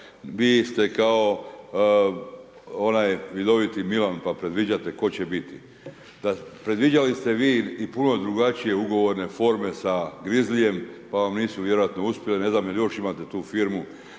vi ste kao onaj vidoviti Milan, pa predviđate tko će biti. Predviđali ste vi i puno drugačije ugovorne forme sa grizlijem, pa vam nisu vjerojatno uspjeli, ne znam jel još imate tu firmu,